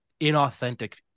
inauthentic